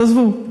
תעזבו.